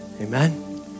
Amen